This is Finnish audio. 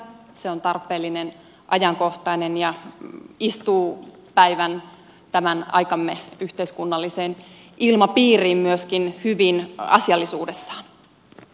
se on tarpeellinen ajankohtainen ja istuu päivän tämän aikamme yhteiskunnalliseen ilmapiiriin myöskin hyvin asiallisuudessaan